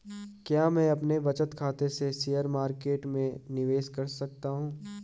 क्या मैं अपने बचत खाते से शेयर मार्केट में निवेश कर सकता हूँ?